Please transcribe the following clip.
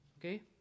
Okay